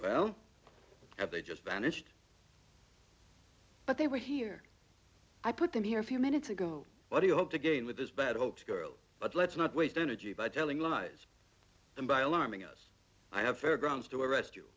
well they just vanished but they were here i put them here a few minutes ago what do you hope to gain with this bad old girl but let's not waste energy by jelling lies and by a lot of us i have fair grounds to arres